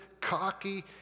cocky